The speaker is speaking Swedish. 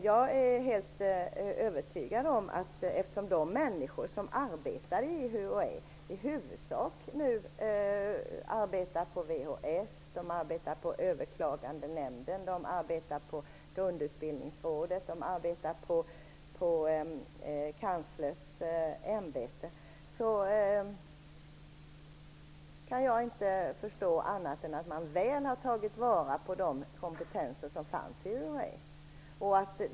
Jag är helt övertygad att de människor som arbetade i UHÄ i huvudsak nu arbetar vid VHS, Kanslersämbetet. Jag kan inte förstå annat än att man väl har tagit vara på den kompetens som fanns inom UHÄ.